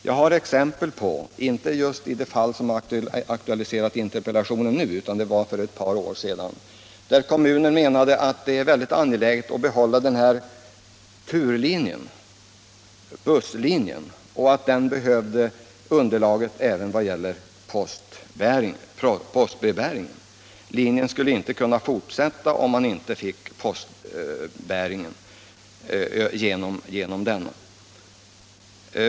Det finns exempel på — inte just i det fall som har aktualiserat interpellationen nu, det var för ett par år sedan — att kommunen har framfört att det var mycket angeläget att behålla en busslinje och att den behövde det underlag lantbrevbäringen gav. Linjen skulle inte kunna fortsätta om man inte fick postbrevbäringen genom denna.